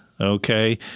okay